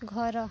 ଘର